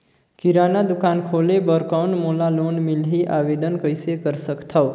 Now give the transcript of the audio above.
किराना दुकान खोले बर कौन मोला लोन मिलही? आवेदन कइसे कर सकथव?